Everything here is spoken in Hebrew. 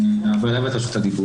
אז נעביר אליו את רשות הדיבור.